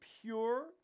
pure